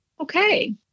Okay